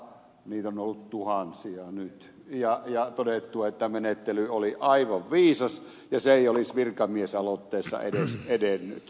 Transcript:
niitä on ollut tuhansia nyt ja on todettu että menettely oli aivan viisas ja se ei olisi virkamiesaloitteena edes edennyt